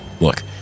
Look